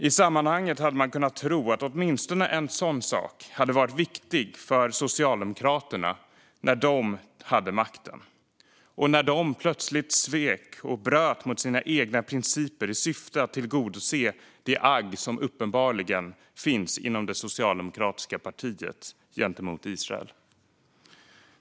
I sammanhanget hade man kunnat tro att åtminstone en sådan sak hade varit viktig för Socialdemokraterna när de hade makten och när de plötsligt svek och bröt mot sina egna principer i syfte att tillgodose det agg som uppenbarligen finns inom det socialdemokratiska partiet gentemot Israel.